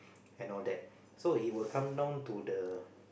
and all that so it will come down to the